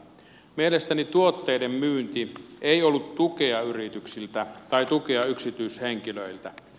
mielestäni tuotteiden myynti ei ollut tukea yrityksiltä tai tukea yksityishenkilöiltä